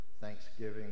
Thanksgiving